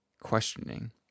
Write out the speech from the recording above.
Questioning